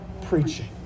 preaching